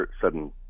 sudden